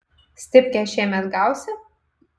stipkę šiemet gausi